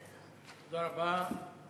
תודה רבה.